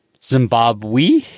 Zimbabwe